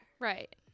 Right